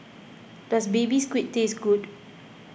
does Baby Squid taste good